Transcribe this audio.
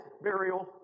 burial